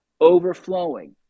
overflowing